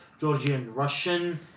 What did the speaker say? Georgian-Russian